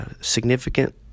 significant